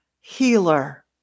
healer